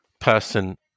person